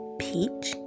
peach